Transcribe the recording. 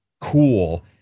cool